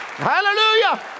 Hallelujah